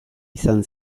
izan